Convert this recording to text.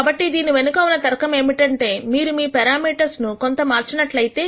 కాబట్టి దీని వెనక ఉన్న తర్కం ఏమిటంటే మీరు మీ పారామీటర్స్ కు ను కొంత మార్చినట్లయితే